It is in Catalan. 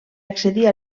accedir